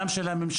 גם של הממשלה?